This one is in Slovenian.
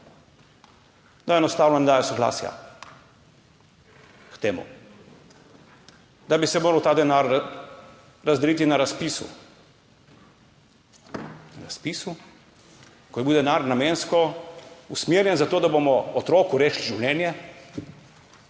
enostavno ne dajo soglasja k temu, da bi se moral ta denar razdeliti na razpisu, ko je bil denar namensko usmerjen za to, da bomo otroku rešili življenje.